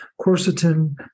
Quercetin